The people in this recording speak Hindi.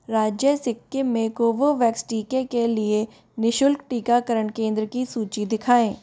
राज्य सिक्किम में कोवोवैक्स टीके के लिए नि शुल्क टीकाकरण केंद्र की सूची दिखाएँ